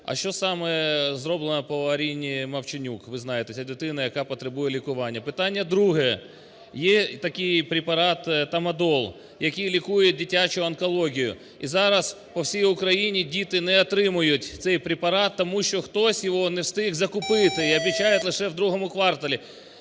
А що саме зроблено по Аріні Мовчанюк? Ви знаєте, ця дитина, яка потребує лікування. Питання друге. Є такий препараттрамадол, який лікує дитячу онкологію, і зараз по всій Україні діти не отримують цей препарат, тому що хтось його не встиг закупити і обіцяють лише в ІІ кварталі.